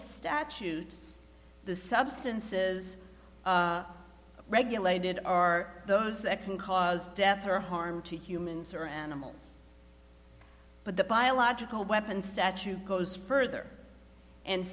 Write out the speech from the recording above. statutes the substances regulated are those that can cause death or harm to humans or animals but the biological weapon statue goes further and